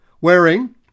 wearing